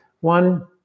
one